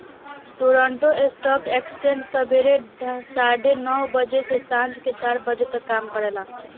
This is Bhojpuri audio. टोरंटो स्टॉक एक्सचेंज सबेरे साढ़े नौ बजे से सांझ के चार बजे तक काम करेला